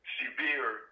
severe